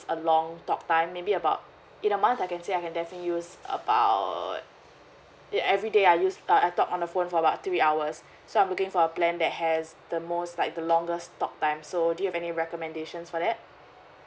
a long talk time maybe about in a month I can say I can definitely use about ya everyday I use uh I talk on the phone for about three hours so I'm looking for a plan that has the most like the longest talk time so do you have any recommendations for that